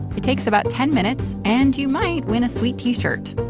it takes about ten minutes, and you might win a sweet t-shirt.